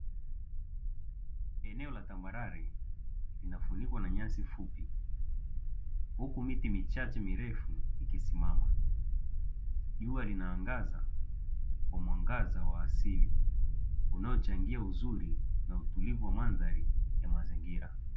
Eneo la tambalale linafunikwa na nyasi fupi, huku miti michache mirefu ikisimama; jua lina angaza kwa mwagaza wa asili unaochangia uzuri na utulivu wa mandhari ya mazingira.